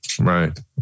Right